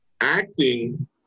acting